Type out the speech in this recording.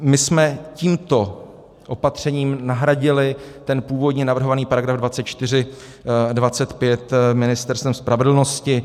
My jsme tímto opatřením nahradili původně navrhovaný § 24, 25 Ministerstvem spravedlnosti.